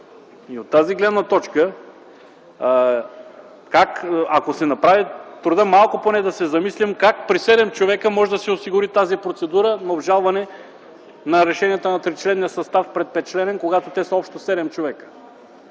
От тази гледна точка да си направим труда малко поне да се замислим – как при седем човека може да се осигури тази процедура на обжалване на решенията на тричленния състав пред петчленения. Те са общо седем човека